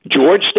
George